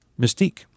Mystique